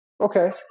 Okay